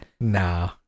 nah